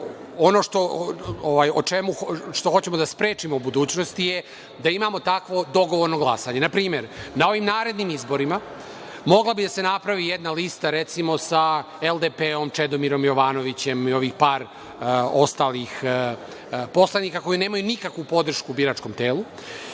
što hoćemo da sprečimo u budućnosti je da imamo takvo dogovorno glasanje. Na primer, na ovim narednim izborima mogla bi da se napravi jedna lista, recimo, sa LDP, Čedomirom Jovanovićem i ovih par ostalih poslanika koji nemaju nikakvu podršku u biračkom telu